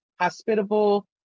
hospitable